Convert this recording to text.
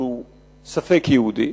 כי הוא ספק יהודי,